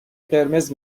قرمز